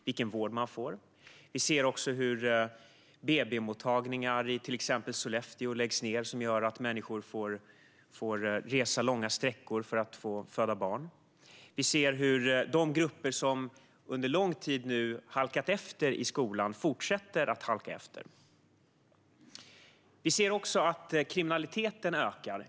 Vi ser också hur BB-mottagningar i till exempel Sollefteå läggs ned, vilket gör att människor får resa långa sträckor för att få föda barn. Vi ser hur de grupper som under lång tid halkat efter i skolan fortsätter att halka efter. Det andra skälet är att kriminaliteten ökar.